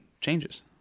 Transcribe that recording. changes